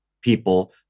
people